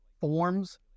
forms